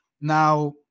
Now